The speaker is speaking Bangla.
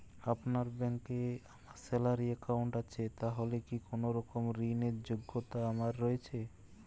আপনার ব্যাংকে আমার স্যালারি অ্যাকাউন্ট আছে তাহলে কি কোনরকম ঋণ র যোগ্যতা আমার রয়েছে?